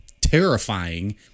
terrifying